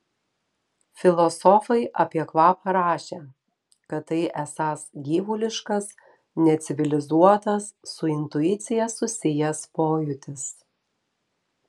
filosofai apie kvapą rašė kad tai esąs gyvuliškas necivilizuotas su intuicija susijęs pojūtis